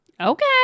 Okay